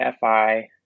FI